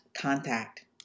contact